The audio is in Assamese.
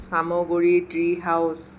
Chamaguri tree house